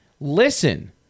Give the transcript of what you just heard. Listen